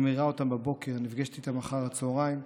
אני מעירה אותם בבוקר, נפגשת אתם אחר הצוהריים.